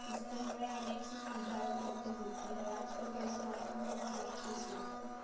इससे हमें अनेक सी सुविधाएँ उपलब्ध होती हैं आजकल का स्मार्टफोन बहुत अच्छा स्मार्टफोन है